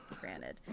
granted